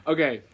Okay